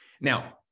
Now